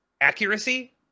accuracy